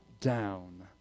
down